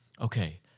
okay